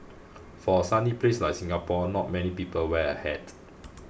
for a sunny place like Singapore not many people wear a hat